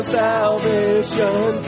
salvation